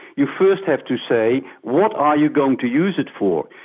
you first have to say, what are you going to use it for?